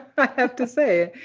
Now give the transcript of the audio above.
but have to say.